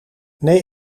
nee